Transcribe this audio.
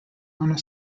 honor